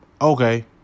Okay